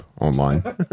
Online